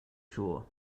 sure